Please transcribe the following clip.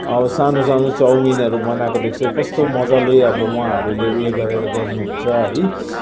अब सानु सानु चाउमिनहरू बनाएको देख्छु कस्तो मजाले अब उहाँहरूले ऊ यो गरेर गर्नु हुन्छ है